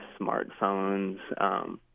smartphones